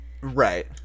right